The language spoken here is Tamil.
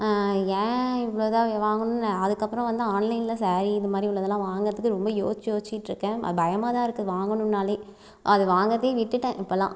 ஏன் இவ்வளோ இதாக வாங்கணுன்னு நான் அதற்கப்பறம் வந்து ஆன்லைனில் சாரீ இது மாதிரி உள்ளதுலாம் வாங்கறதுக்கு ரொம்ப யோசிச்சு யோசிச்சுக்கிட்டு இருக்கேன் பயமாகதான் இருக்கு வாங்கணும்னாலே அது வாங்கறதே விட்டுவிட்டேன் இப்போலாம்